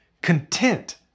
content